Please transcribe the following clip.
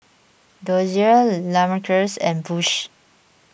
Dozier Lamarcus and Bush